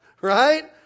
Right